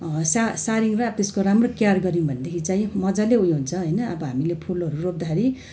सा सार्यौँ र त्यसको राम्रो केयर गर्यौँ भनेदेखि चाहिँ मजाले ऊ यो हुन्छ होइन अब हामीले फुलहरू रोप्दाखेरि